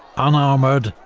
unarmoured,